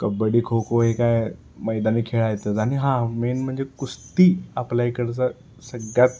कबड्डी खो खो हे काय मैदानी खेळ आहेतच आणि हा मेन म्हणजे कुस्ती आपल्या इकडचा सगळ्यात